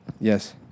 Yes